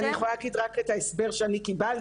תראי אני יכולה להגיד רק את ההסבר שאני קיבלתי,